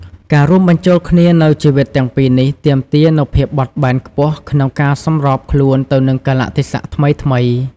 ការរួមបញ្ចូលគ្នានូវជីវិតទាំងពីរនេះទាមទារនូវភាពបត់បែនខ្ពស់ក្នុងការសម្របខ្លួនទៅនឹងកាលៈទេសៈថ្មីៗ។